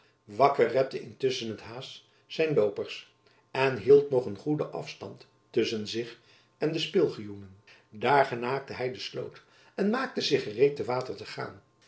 wakker repte intusschen het arme haas zijn loopers en hield nog een goeden afstand tusschen zich en de spilgioenen daar genaakte hy de sloot en maakte zich gereed te water te gaan